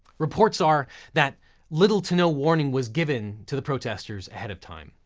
reports are that little to no warning was given to the protesters ahead of time.